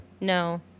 No